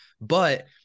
But-